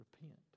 Repent